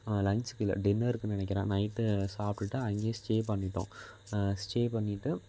lunch லன்ச்சுக்கு இல்லை டின்னருக்குன்னு நினைக்குறேன் நைட்டு சாப்பிடுட்டு அங்கையே ஸ்டே பண்ணிட்டோம் ஸ்டே பண்ணிவிட்டு